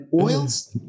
oils